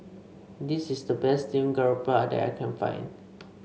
this is the best Steamed Garoupa that I can find